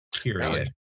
Period